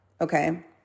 Okay